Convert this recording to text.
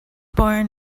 born